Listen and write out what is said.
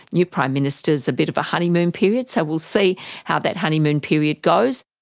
new prime ministers, a bit of a honeymoon period so we'll see how that honeymoon period goes.